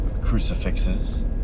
crucifixes